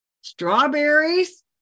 Strawberries